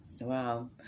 Wow